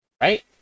right